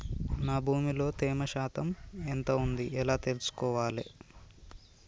నా భూమి లో తేమ శాతం ఎంత ఉంది ఎలా తెలుసుకోవాలే?